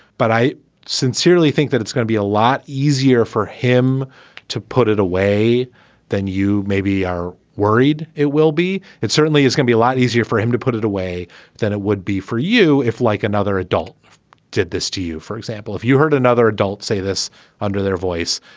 but i sincerely think that it's going to be a lot easier for him to put it away than you maybe are worried it will be. it certainly is gonna be a lot easier for him to put it away than it would be for you if like another adult did this to you. for example, if you heard another adult say this under their voice,